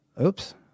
Oops